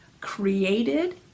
created